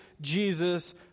Jesus